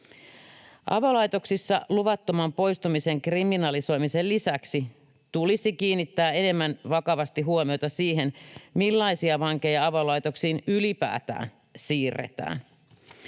Avolaitoksissa tulisi luvattoman poistumisen kriminalisoimisen lisäksi kiinnittää enemmän vakavasti huomiota siihen, millaisia vankeja avolaitoksiin ylipäätään siirretään.